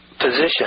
position